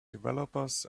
developers